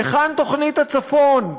היכן תוכנית הצפון,